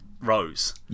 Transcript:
Rose